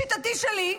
לשיטתי שלי,